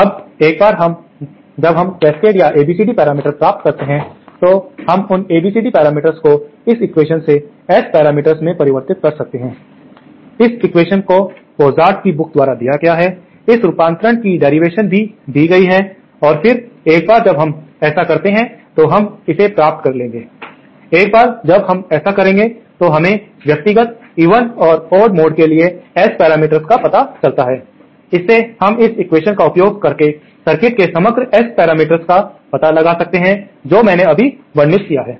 अब एक बार जब हम कैस्केड या ABCD मैट्रिक्स प्राप्त करते हैं तो हम उन ABCD पैरामीटर्स को इस एक्वेशन से S पैरामीटर में परिवर्तित कर सकते हैं इस एक्वेशन को पॉसर्ट की पुस्तक द्वारा दिया गया है इस रूपांतरण की डेरिवेशन भी दी गई है और फिर एक बार जब हम ऐसा करते हैं तो हम इसे प्राप्त कर लेंगे एक बार जब हम ऐसा करेंगे तो हमें व्यक्तिगत इवन और ओड मोड के लिए S पैरामीटर का पता चलता है इससे हम इस एक्वेशन का उपयोग करके सर्किट के समग्र एस पैरामीटर्स का पता लगा सकते हैं जो मैंने अभी वर्णित किया है